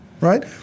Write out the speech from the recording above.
right